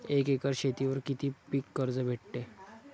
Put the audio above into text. एक एकर शेतीवर किती पीक कर्ज भेटते?